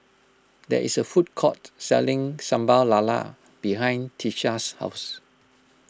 there is a food court selling Sambal Lala behind Tisha's house